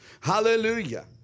Hallelujah